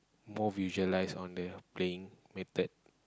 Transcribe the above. more visualise on the playing method